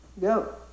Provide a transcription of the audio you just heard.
go